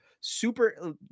super